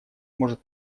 может